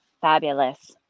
Fabulous